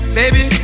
baby